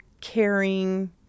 caring